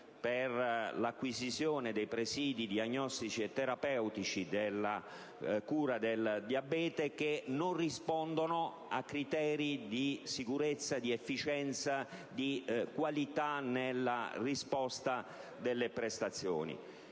per l'acquisizione di presidi diagnostici e terapeutici della cura del diabete che non rispondono a criteri di sicurezza, di efficienza, di qualità nella risposta delle prestazioni,